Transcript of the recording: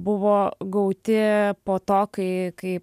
buvo gauti po to kai kai